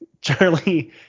Charlie